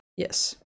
Yes